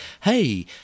hey –